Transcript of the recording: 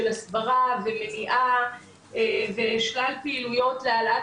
של הסברה ומניעה ושלל פעילויות להעלאת